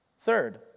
Third